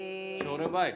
שיעורי בית.